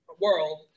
world